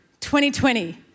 2020